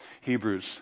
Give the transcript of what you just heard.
Hebrews